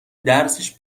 درسش